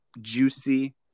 juicy